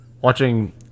watching